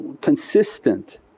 consistent